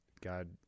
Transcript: God